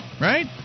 right